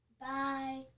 Bye